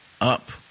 up